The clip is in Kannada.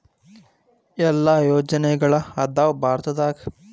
ಎಷ್ಟ್ ಯೋಜನೆಗಳ ಅದಾವ ಭಾರತದಾಗ?